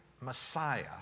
Messiah